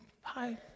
hi